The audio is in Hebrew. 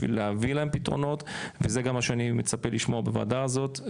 בשביל להביא להם פתרונות וזה גם מה שאני מצפה לשמוע בוועדה הזאת,